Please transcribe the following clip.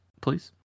please